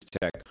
Tech